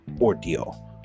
ordeal